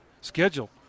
schedule